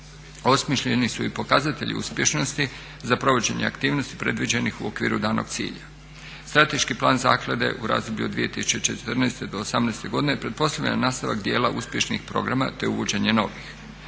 osmišljeni su i pokazatelji uspješnosti za provođenje aktivnosti predviđenih u okviru danog cilja. Strateški plan zaklade u razdoblju od 2014. do osamnaeste godine pretpostavlja nastavak dijela uspješnih programa, te uvođenje novih.